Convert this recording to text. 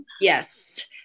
yes